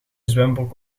zwembroek